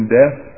death